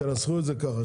תנסחו את זה ככה,